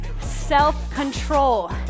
self-control